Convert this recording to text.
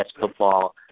football